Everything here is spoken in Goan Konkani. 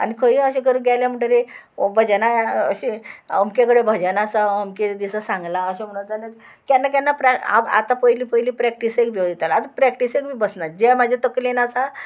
आनी खंय अशें करूं गेलें म्हणटगीर भजनां अशें अमके कडेन भजन आसा अमके दिसा सांगलां अशें म्हणत जाल्यार केन्ना केन्ना आतां पयलीं पयलीं प्रॅक्टीस बी येतालो आतां प्रॅक्टीस बी बसना जें म्हाजें तकलेन आसा